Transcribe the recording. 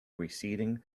receding